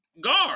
guard